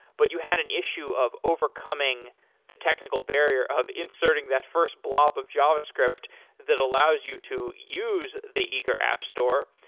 but you had an issue of overcoming the technical barrier of inserting that first blob of javascript that allows you to use the eager app store.